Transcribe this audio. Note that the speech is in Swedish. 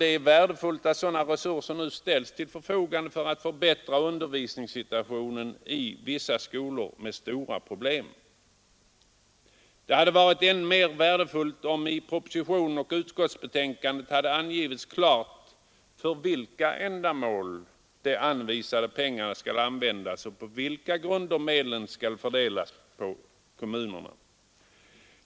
Det är värdefullt att sådana resurser nu ställs till förfogande för att förbättra undervisningssituationen i vissa skolor med stora problem. Det hade varit än mer värdefullt, om i propositionen och utskottsbetänkandet klart hade angivits för vilka ändamål de anvisade pengarna skall användas och efter vilka grunder medlen skall fördelas på kommunerna.